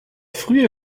frühe